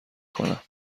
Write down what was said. کنم